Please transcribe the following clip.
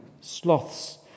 sloths